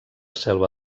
selva